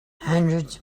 hundreds